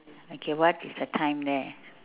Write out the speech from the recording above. okay what is the time there